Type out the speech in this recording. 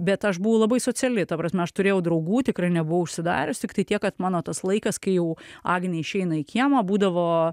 bet aš buvau labai sociali ta prasme aš turėjau draugų tikrai nebuvau užsidarius tiktai tiek kad mano tas laikas kai jau agnė išeina į kiemą būdavo